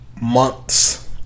months